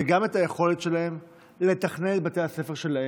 זה גם את היכולת שלהם לתכנן את בתי הספר שלהם,